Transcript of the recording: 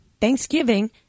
Thanksgiving